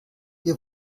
wir